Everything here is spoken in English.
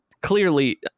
clearly